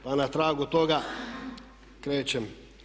Pa na tragu toga krećem.